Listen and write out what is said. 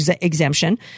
exemption